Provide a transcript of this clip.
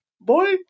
boy